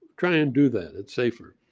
try and do that it's safer.